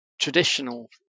traditional